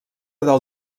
del